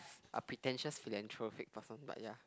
a pretentious philanthropic person but ya